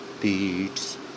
beats